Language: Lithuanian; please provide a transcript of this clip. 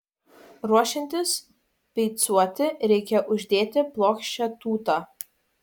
ruošiantis beicuoti reikia uždėti plokščią tūtą